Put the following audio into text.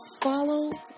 follow